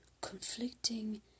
conflicting